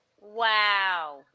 wow